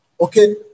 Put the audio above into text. Okay